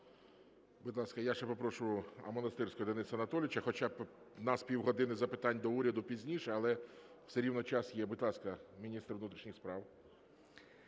Будь ласка, я ще попрошу, Монастирський Денис Анатолійович, хоча у нас пів години запитань до уряду пізніше, але все рівно час є. Будь ласка, міністр внутрішніх справ.